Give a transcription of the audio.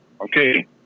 Okay